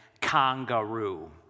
kangaroo